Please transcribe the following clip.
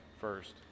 first